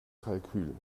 kalkül